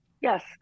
Yes